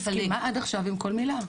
מסכימה עד עכשיו עם כל מילה.